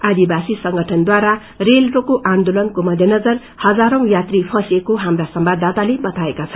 आदिवासी संगठनद्वारा रेल रोको आन्दोलन को मध्यनजर हजारौँ यात्री फँसिएको हाप्रा संवाददाताले बताएका छन्